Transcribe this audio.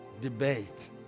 debate